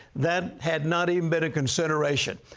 that had not even been a consideration.